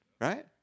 Right